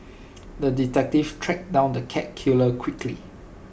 the detective tracked down the cat killer quickly